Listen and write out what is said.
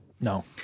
No